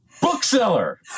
bookseller